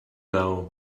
now